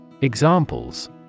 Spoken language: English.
EXAMPLES